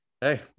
Hey